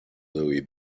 louie